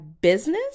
business